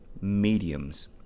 mediums